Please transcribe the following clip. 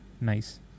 nice